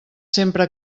sempre